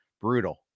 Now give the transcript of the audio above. Brutal